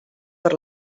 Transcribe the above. per